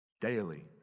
Daily